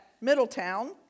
Middletown